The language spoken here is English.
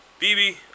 BB